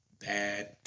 bad